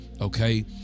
Okay